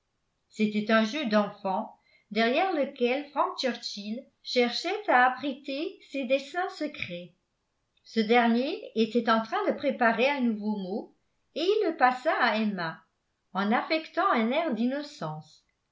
c'était un jeu d'enfant derrière lequel frank churchill cherchait à abriter ses desseins secrets ce dernier était en train de préparer un nouveau mot et il le passa à emma en affectant un air d'innocence